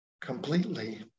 completely